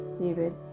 david